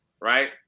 right